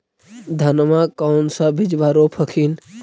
धनमा कौन सा बिजबा रोप हखिन?